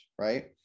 right